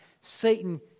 Satan